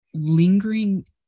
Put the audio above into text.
lingering